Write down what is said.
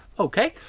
okay.